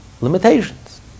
limitations